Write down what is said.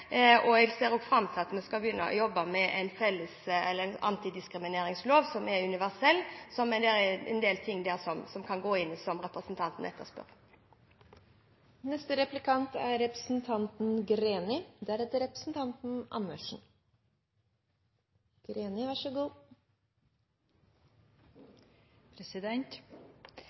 Jeg ser også fram til at vi skal begynne å jobbe med en antidiskrimineringslov som er universell, hvor en del ting kan inngå av det som